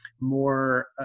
more